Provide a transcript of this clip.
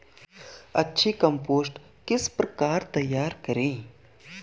अच्छी कम्पोस्ट किस प्रकार तैयार करें?